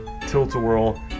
tilt-a-whirl